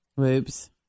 Oops